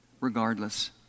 regardless